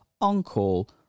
on-call